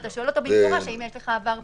ואתה שואל אותו במפורש: האם יש לך עבר פלילי?